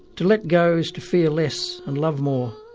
to let go is to fear less and love more